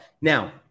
Now